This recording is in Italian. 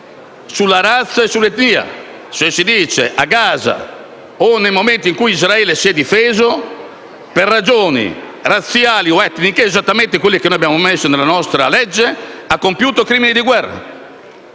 sulla razza e sull'etnia. Si dice che a Gaza, nel momento in cui Israele si è difeso, per ragioni razziali ed etniche (esattamente quelle che noi abbiamo previsto nel nostro disegno di legge), ha compiuto crimini di guerra.